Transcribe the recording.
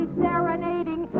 serenading